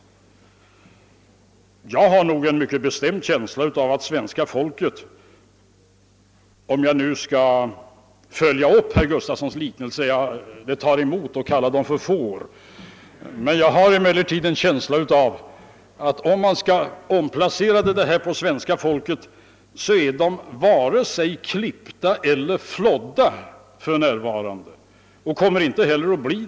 Nu har jag en motvilja mot att kalla svenska folket för får, men om jag skall följa upp herr Gustafsons liknelse vill jag säga, att de svenska medborgarna varken är klippta eller flådda och inte heller kommer att bli det.